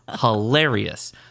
hilarious